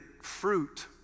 fruit